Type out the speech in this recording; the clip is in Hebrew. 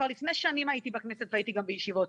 כבר לפני שנים הייתי בכנסת והייתי גם בישיבות.